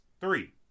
three